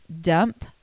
dump